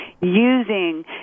using